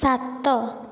ସାତ